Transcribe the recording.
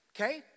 Okay